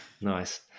Nice